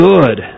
Good